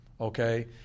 okay